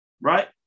right